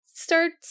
Start